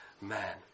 man